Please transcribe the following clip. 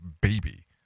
baby